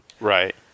Right